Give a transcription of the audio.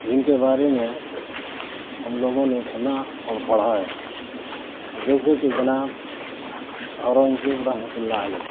جن کے بارے میں ہم لوگوں نے سنا اور پڑھا ہے جیسے کہ جناب اورنگزیب رحمتہ اللہ علیہ